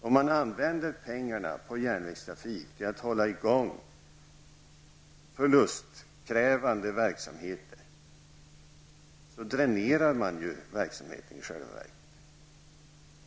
Om man använder pengarna för järnvägstrafik till att hålla i gång förlustbringande verksamhet dränerar man ju i själva verket verksamheten.